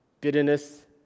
bitterness